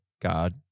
God